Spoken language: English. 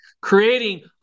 creating